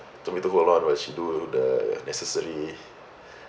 told me to hold on while she do the necessary